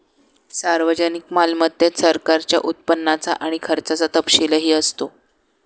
सार्वजनिक मालमत्तेत सरकारच्या उत्पन्नाचा आणि खर्चाचा तपशीलही असतो